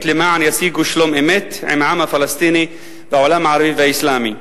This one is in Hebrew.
למען ישיגו שלום אמת עם העם הפלסטיני והעולם הערבי והאסלאמי.